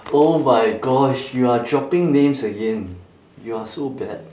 oh my gosh you are dropping names again you are so bad